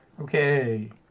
Okay